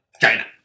China